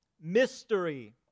Mystery